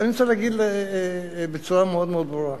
אני רוצה להגיד בצורה מאוד מאוד ברורה: